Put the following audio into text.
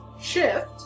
shift